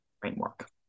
framework